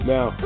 Now